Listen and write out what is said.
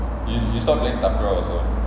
you you stopped playing takraw also